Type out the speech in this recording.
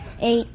Eight